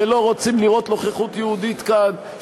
שלא רוצים לראות נוכחות יהודית כאן,